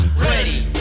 Ready